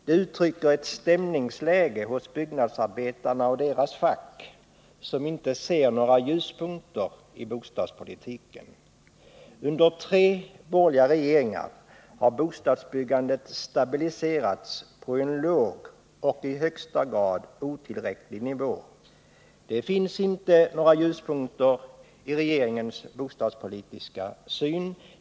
Det uttrycker stämningsläget bland byggnadsarbetarna och inom deras fack, som inte ser några ljuspunkter i bostadspolitiken. Under tre borgerliga regeringar har bostadsbyggandet stabiliserats på en låg och synnerligen otillräcklig nivå. Det finns inte några ljuspunkter i regeringens bostadspolitiska syn.